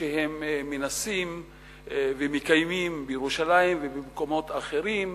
שהם מנסים ומקיימים בירושלים ובמקומות אחרים,